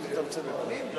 התשע"ב 2011,